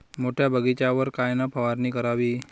मोठ्या बगीचावर कायन फवारनी करावी?